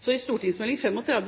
Så i St.meld. nr. 35 for